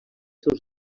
seus